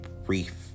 brief